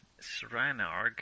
Sranarg